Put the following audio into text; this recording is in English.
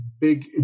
big